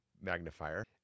magnifier